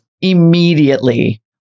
immediately